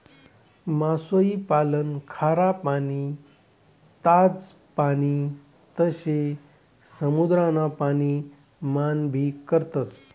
मासोई पालन खारा पाणी, ताज पाणी तसे समुद्रान पाणी मान भी करतस